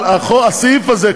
אבל הסעיף הזה,